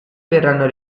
verranno